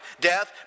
death